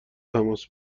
تماس